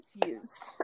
confused